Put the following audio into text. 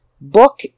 book